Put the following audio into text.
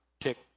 tick